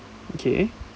okay